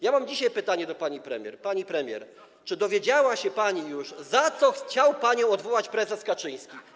Ja mam dzisiaj pytanie do pani premier: Pani premier, czy dowiedziała się już pani, za co chciał panią odwołać prezes Kaczyński?